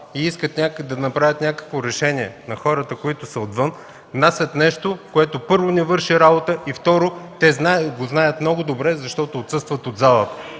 уж искат да направят някакво решение за хората, които са отвън, внасят нещо, което, първо, не върши работа, и, второ, те го знаят много добре, защото отсъстват от залата.